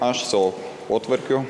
aš savo potvarkiu